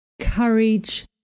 Courage